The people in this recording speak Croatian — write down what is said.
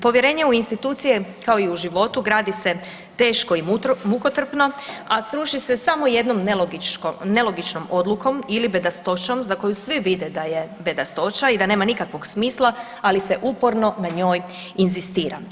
Povjerenje u institucije kao i u životu, gradi se teško i mukotrpno a sruši se samo jednom nelogičnom odlukom ili bedastoćom za koju svi vide da je bedastoća i da nema nikakvog smisla ali se uporno na njoj inzistira.